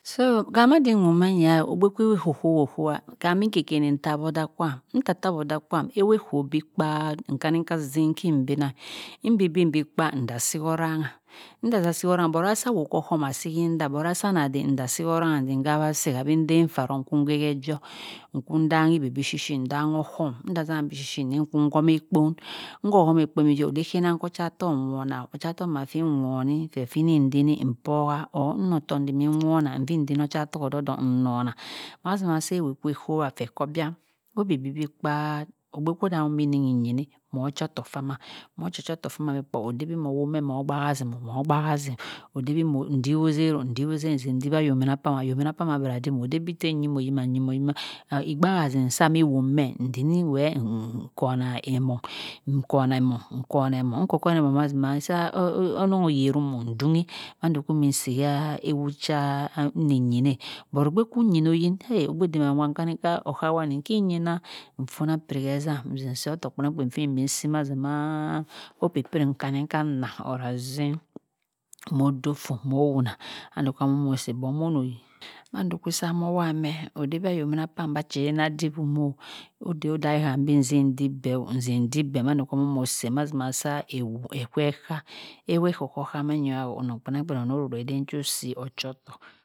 So khama din woh maaga ogbe owo ko ko kowu kham mi khe khen ntarwoda kwam nta ta woder kwam owe kwo bi kpaa nkhanika zien nkibina ibin bin bi kpa nza si horangha nza za si ohurangha but asi awoh okum asi nza but asi ana de nza si orhangha ndi bawasi cambinde faa doh nku he he joh nku danghi beh bishi nzangho ohum nzang zang bishi nku home kpun nhuhumeh kpon deh kenna nkoh cha itohk nwonah occaitoh feh khi woni ndinor ochaitoh odoh doh nwonana mazima seh ewoh kho kowah khe koh bia obi bi kpa ogbe kwa imi yini moh chotohk farman moh chi chotohk farman odey bi moh moh woha me moh bahazim moh baha zim ode bindowo zeh oh nduwozeh ndowi ayomina kwam ayomina pam abra dimum odey bi teh nyimoh yima nyimoh yi mah igbaba zim sam iwomeh nzini weh nkon among nkonehomong nkone mong nko konoe mon bi kpa onong oyeram o ndunghi mand mmusi sah ewoh eca nniyieh but ogbe nyino qin eh ogbe dumamah nkani kah okha wani nki yinah nfona piri heb zam nzi soh othohk kpenang kpen fi mmi si mazima opipiri nkani ka nnah or azien moh doh foh moh wunah mando ammonosi but moh noh yin mahndo misa moh wah meh ocheden ayomi kpam ache den adipmoh odey odai ham ndipbeh oh nzidip beh mahn ano see mazima ewoh en keh kah ewoh ekeh kah manqaho onong kpenang kpen onoh ro reden soh si ochotohk.